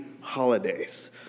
holidays